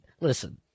listen